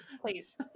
Please